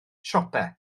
siopau